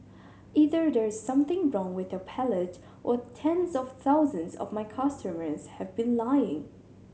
either there is something wrong with your palate or tens of thousands of my customers have been lying